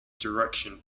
direction